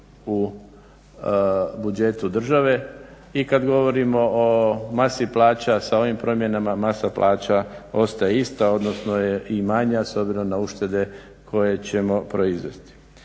u budžetu države. I kad govorimo o masi plaća sa ovim promjenama, masa plaća ostaje ista, odnosno je i manja s obzirom na uštede koje ćemo proizvesti.